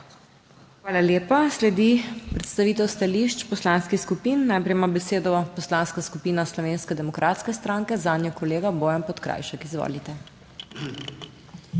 Hvala lepa. Sledi predstavitev stališč poslanskih skupin. Najprej ima besedo Poslanska skupina Slovenske demokratske stranke, zanjo kolega Bojan Podkrajšek, izvolite.